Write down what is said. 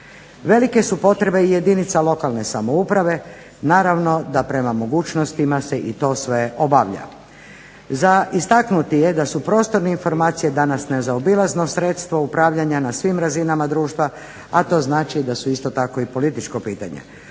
Velike su potrebe i jedinica lokalne samouprave. Naravno da prema mogućnostima se i to sve obavlja. Za istaknuti je da su prostorne informacije danas nezaobilazno sredstvo upravljanja na svim razinama društva, a to znači da su isto tako i političko pitanje.